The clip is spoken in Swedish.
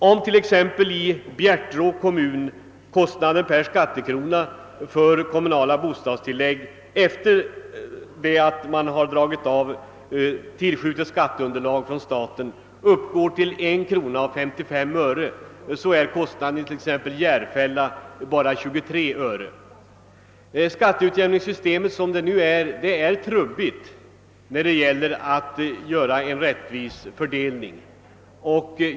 Om i Bjärtrå kommun kostnaden per skattekrona för kommunala bostadstillägg efter avdrag av från staten tillskjutet skatteunderlag uppgår till 1:55 kr., är den t.ex. i Järfälla bara 23 öre. Det nuvarande skatteutjämningssystemet är ett trubbigt instrument när det gäller att göra en rättvis fördelning.